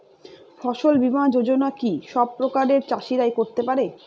ফসল বীমা যোজনা কি সব প্রকারের চাষীরাই করতে পরে?